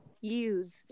use